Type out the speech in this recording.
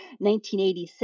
1986